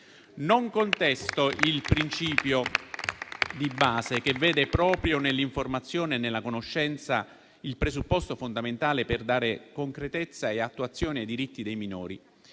Non contesto il principio di base che vede proprio nell'informazione e nella conoscenza il presupposto fondamentale per dare concretezza e attuazione ai diritti dei minori,